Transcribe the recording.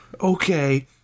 Okay